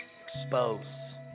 expose